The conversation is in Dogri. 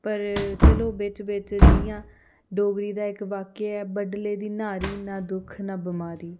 पर चलो बिच्च बिच्च जियां डोगरी दा इक वाक्य ऐ बडलै दी न्हारी नां दुख नां बमारी